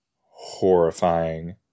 Horrifying